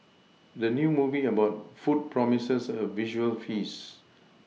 the new movie about food promises a visual feast